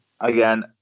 again